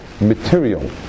material